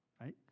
Right